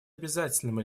обязательным